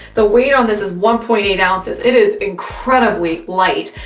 the weight on this is one point eight ounces, it is incredibly light.